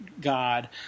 god